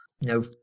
no